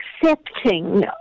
accepting